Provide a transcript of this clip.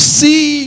see